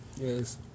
Yes